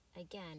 Again